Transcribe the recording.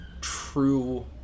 true